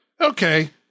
okay